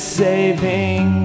saving